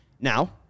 Now